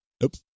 Nope